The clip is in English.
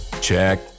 Check